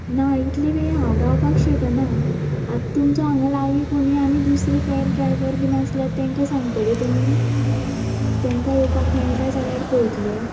ना इतलें वेळ हांव रावपा शकना आतां तुमचो हांगा लागीं कोणय दुसरी कॅब ड्रायव्हर बीन आसल्यार तेंकां सांगतले तुमी तेंकां येवपाक मेयटा जाल्यार पयतले